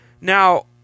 Now